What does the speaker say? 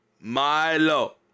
Milo